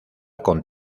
con